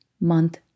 month